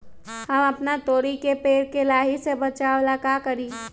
हम अपना तोरी के पेड़ के लाही से बचाव ला का करी?